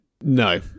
No